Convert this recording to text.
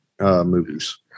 movies